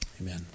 Amen